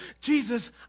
Jesus